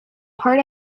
part